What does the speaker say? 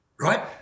right